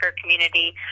community